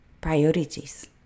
Priorities